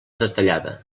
detallada